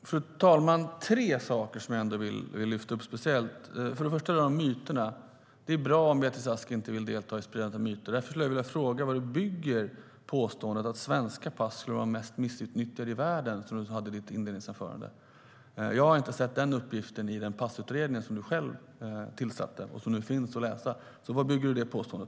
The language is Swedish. Fru talman! Jag vill lyfta upp tre saker. För det första är det bra att Beatrice Ask inte vill delta i mytspridning. Därför frågar jag: Vad bygger du ditt påstående att svenska pass skulle vara de mest missbrukade i världen på? Jag har inte sett den uppgiften i den passutredning som du själv tillsatte och vars betänkande nu finns att läsa.